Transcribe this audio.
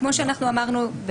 כמו שאמרנו,